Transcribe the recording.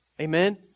amen